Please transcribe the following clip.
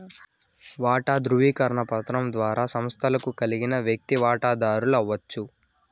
వాటా దృవీకరణ పత్రం ద్వారా సంస్తకు కలిగిన వ్యక్తి వాటదారుడు అవచ్చు